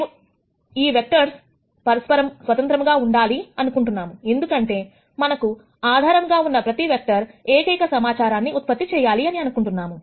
మేము ఈ వెక్టర్స్ పరస్పరము స్వతంత్రంగా ఉండాలి అనుకుంటున్నాము ఎందుకంటే మనకు ఆధారంగా ఉన్న ప్రతి వెక్టర్ ఏకైక సమాచారాన్ని ఉత్పత్తి చేయాలి అని అనుకుంటున్నా ము